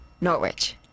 Norwich